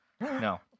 no